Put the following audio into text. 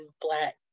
Black